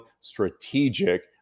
strategic